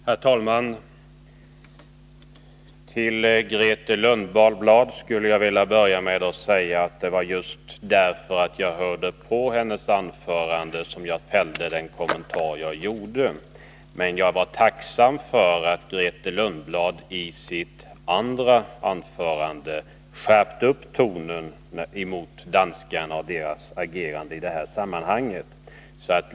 Herr talman! Till Grethe Lundblad vill jag först säga att det var just för att jag hörde på hennes anförande som jag gjorde min kommentar. Men jag är tacksam för att Grethe Lundblad i sitt andra anförande skärpte tonen mot danskarna och deras agerande i detta sammanhang.